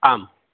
आम्